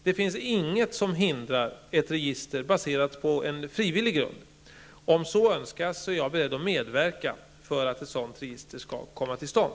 Det finns inget som hindrar ett register baserat på en frivillig grund. Om så önskas, är jag beredd att medverka för att ett sådant register skall komma till stånd.